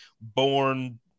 born